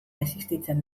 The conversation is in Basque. existitzen